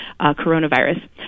coronavirus